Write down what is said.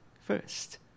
first